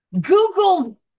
Google